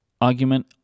argument